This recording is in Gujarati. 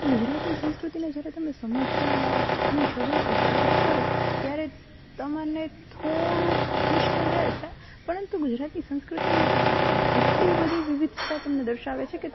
તો ગુજરાતની સંસ્કૃતિને જ્યારે તમે સમજવાની શરૂ શરૂઆત કરો ત્યારે તમને થોડું મુશ્કેલ રહે છે પરંતુ ગુજરાતની સંસ્કૃતિ એટલી બધી વિવિધતા તમને દર્શાવે છે કે